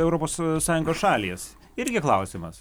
europos sąjungos šalys irgi klausimas